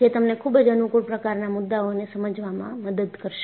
જે તમને ખૂબ જ અનુકૂળ પ્રકારના મુદ્દાઓને સમજવામાં મદદ કરશે